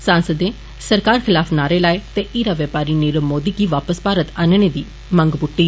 सांसदें सरकार खिलाफ नारे लाए ते हीरा बपारी नीरव मोदी गी वापस भारत आनने दी मंग पुष्टी